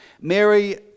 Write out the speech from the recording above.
Mary